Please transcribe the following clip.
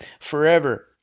forever